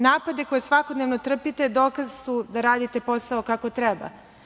Napade koje svakodnevno trpite dokaz su da radite posao kako treba.